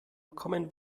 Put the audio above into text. common